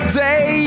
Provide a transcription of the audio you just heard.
day